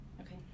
Okay